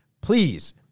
please